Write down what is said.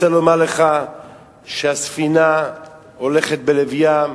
אני רוצה לומר לך שהספינה הולכת בלב ים,